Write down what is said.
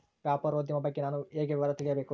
ವ್ಯಾಪಾರೋದ್ಯಮ ಬಗ್ಗೆ ನಾನು ಹೇಗೆ ವಿವರ ತಿಳಿಯಬೇಕು?